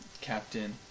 Captain